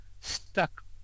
stuck